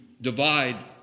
divide